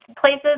places